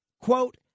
quote